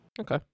Okay